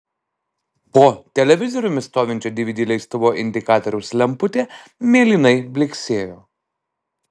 po televizoriumi stovinčio dvd leistuvo indikatoriaus lemputė mėlynai blyksėjo